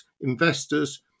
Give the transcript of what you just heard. investors